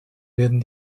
werden